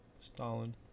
Stalin